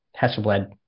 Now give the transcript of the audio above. Hasselblad